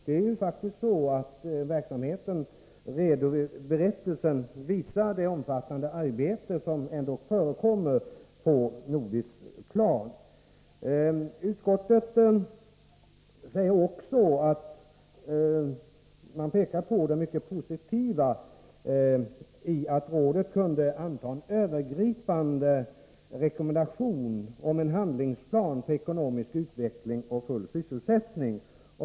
Det är faktiskt så att berättelsen visar det omfattande arbete som ändå förekommer på nordiskt plan. Utskottet pekar också på det mycket positiva i att rådet kunde anta en övergripande rekommendation om en handlingsplan för ekonomisk utveckling och full sysselsättning.